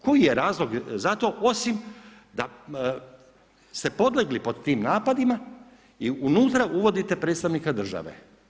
Koji je razlog za to osim što ste podlegli pod tim napadima i unutra uvodite predstavnika države?